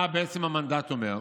מה בעצם המנדט אומר?